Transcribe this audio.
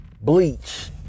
bleach